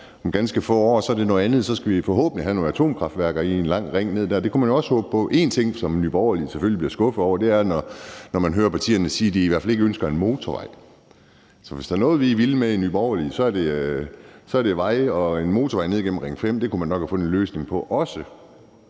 Om ganske få år er det noget andet. Så skal vi forhåbentlig have nogle atomkraftværker i en lang række ned der. Det kunne man jo også håbe på. En ting, som Nye Borgerlige selvfølgelig bliver skuffet over, er, når man hører partierne sige, at de i hvert fald ikke ønsker en motorvej. For hvis der er noget, vi er vilde med i Nye Borgerlige, er det veje, og en motorvej ned igennem Ring 5 kunne man nok også have fundet en løsning på.